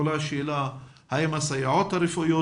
עולה השאלה האם הסייעות הרפואיות